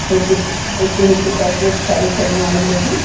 हिकु हिकु हिकु पैकेट करे छॾिया हुन जो बि